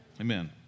Amen